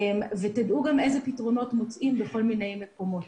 ותדעו איזה פתרונות מוצאים בכל מיני מקומות.